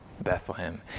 Bethlehem